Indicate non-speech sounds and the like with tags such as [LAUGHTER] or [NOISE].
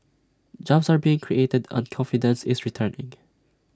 jobs are being created and confidence is returning [NOISE]